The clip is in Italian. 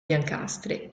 biancastre